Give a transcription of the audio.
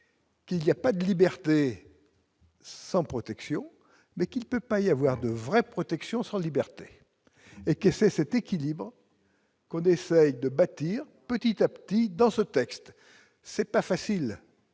Il y a pas de liberté. Sans protection, mais qu'il peut pas y avoir de vraies protections sans liberté et et cet équilibre. Qu'on essaye de bâtir, petit à petit dans ce texte, c'est pas facile,